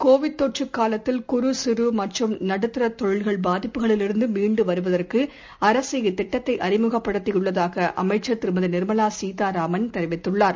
Covid தொற்றுகாலத்தில் குறு சிறுமற்றும் நடுத்தரதொழில்கள் பாதிப்புகளிலிருந்துமீண்டுவருவதற்குஅரசு இத்திட்டத்தைஅறிமுகப்படுத்தியுள்ளதாகஅமைச்சர் திருமதிநிர்மலாசீதாராமன் தெரிவித்துள்ளார்